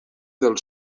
del